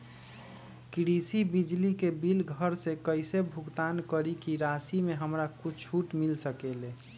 कृषि बिजली के बिल घर से कईसे भुगतान करी की राशि मे हमरा कुछ छूट मिल सकेले?